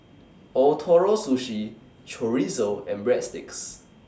Ootoro Sushi Chorizo and Breadsticks